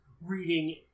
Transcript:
reading